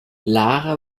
lara